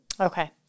Okay